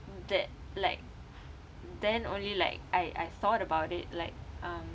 that like then only like I I thought about it like um